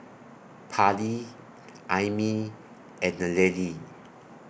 Parley Aimee and Nallely